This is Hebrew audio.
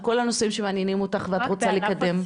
על כל הנושאים שאת רוצה לקדם.